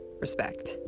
respect